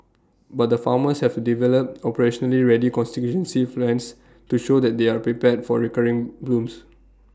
but the farmers have to develop operationally ready plans to show that they are prepared for recurring blooms